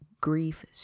grief